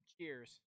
Cheers